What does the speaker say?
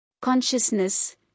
Consciousness